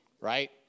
right